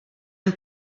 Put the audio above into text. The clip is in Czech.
jen